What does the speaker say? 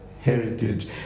heritage